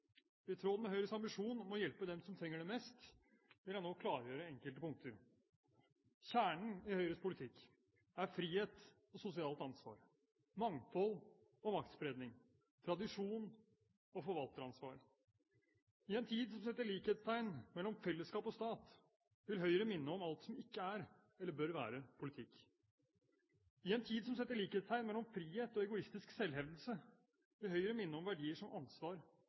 I tråd med Høyres ambisjon om å hjelpe dem som trenger det mest, vil jeg nå klargjøre enkelte punkter: Kjernen i Høyres politikk er frihet og sosialt ansvar, mangfold og maktspredning, tradisjon og forvalteransvar. I en tid som setter likhetstegn mellom fellesskap og stat, vil Høyre minne om alt som ikke er eller bør være politikk. I en tid som setter likhetstegn mellom frihet og egoistisk selvhevdelse, vil Høyre minne om verdier som ansvar